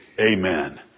Amen